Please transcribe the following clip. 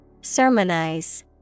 Sermonize